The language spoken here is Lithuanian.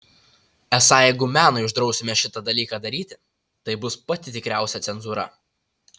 esą jeigu menui uždrausime šitą dalyką daryti tai bus pati tikriausia cenzūra